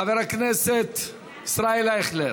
חבר הכנסת ישראל אייכלר,